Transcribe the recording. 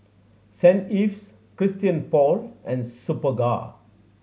Saint Ives Christian Paul and Superga